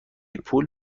پول